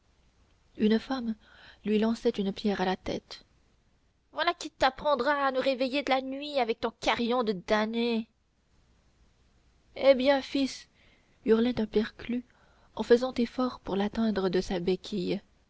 une femme lui lançait une pierre à la tête voilà qui t'apprendra à nous réveiller la nuit avec ton carillon de damné hé bien fils hurlait un perclus en faisant effort pour l'atteindre de sa béquille